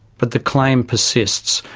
but the claim persists,